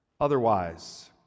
otherwise